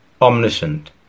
omniscient